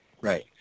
Right